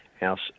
House